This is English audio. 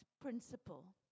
principle